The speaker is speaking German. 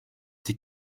die